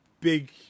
big